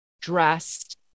dressed